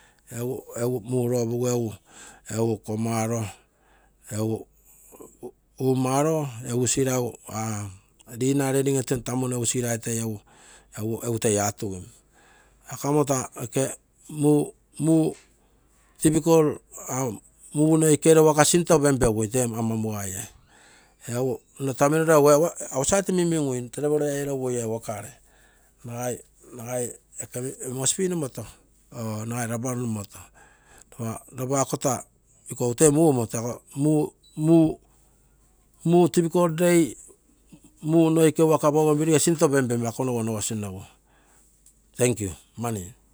Egu muropu egu komaro, egu dinner redi erugu toi egu simaro egu tamugogino egu toi egu atugim. Akamo taa oke muu difficult, muu noikegere waka sinto openpio ugue fee ama mugaie nto taino egu outside minmingui outside minmingui, moresby nomoto or nagai rabaul nomoto, iopa iko egu mugomoto muu difficult day, muu noikei work bougainville gee sinto penpenpe ako nogu onogosinogu. thank you, mani